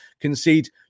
concede